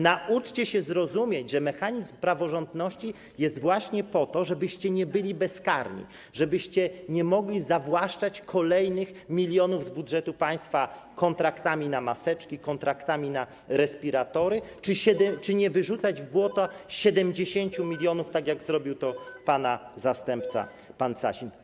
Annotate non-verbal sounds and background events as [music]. Nauczcie się rozumieć, że mechanizm praworządności jest właśnie po to, żebyście nie byli bezkarni, żebyście nie mogli zawłaszczać kolejnych milionów z budżetu państwa kontraktami na maseczki, kontraktami na respiratory [noise] czy wyrzucać w błoto 70 mln zł, tak jak zrobił to pana zastępca pan Sasin.